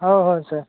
हो हो सर